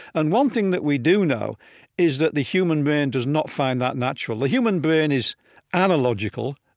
and one thing that we do know is, that the human brain does not find that natural. the human brain is analogical,